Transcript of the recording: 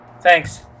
Thanks